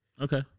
Okay